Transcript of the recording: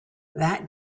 that